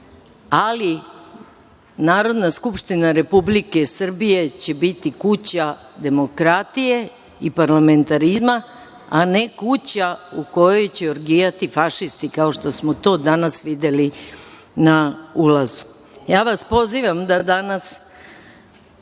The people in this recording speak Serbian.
Ali, Narodna skupština Republike Srbije će biti kuća demokratije i parlamentarizma, a ne kuća u kojoj će orgijati fašisti, kao što smo to danas videli na ulazu.(Vojislav